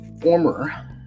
former